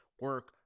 Work